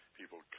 people